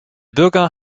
bürger